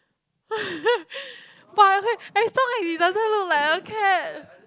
but I heard as long as it doesn't look like a cat